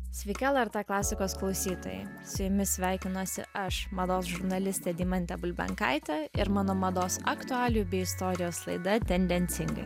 sveiki lrt klasikos klausytojai su jumis sveikinuosi aš mados žurnalistė deimantė bulbenkaitė ir mano mados aktualijų bei istorijos laida tendencingai